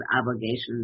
obligations